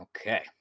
Okay